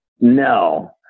No